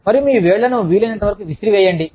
మరియు మీ వేళ్లను వీలైనంతవరకు విసిరేయండి